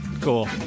Cool